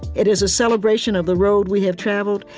it is a celebration of the road we have traveled,